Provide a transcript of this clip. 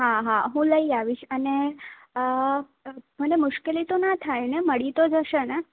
હા હા હું લઈ આવીશ અને મને મુશ્કેલી તો ના થાય ને મળી તો જશેને